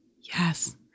yes